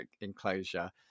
enclosure